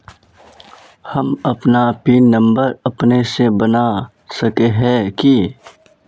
हम अपन pin number अपने से बना सके है की?